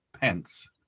Pence